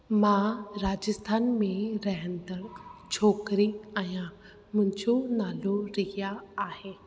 मां राजस्थान में रहंदड़ छोकिरी आहियां मुंहिंजो नालो रिया आहे